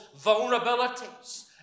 vulnerabilities